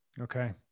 Okay